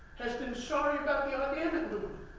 has been sorry about the ah damn it move.